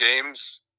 games